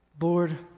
Lord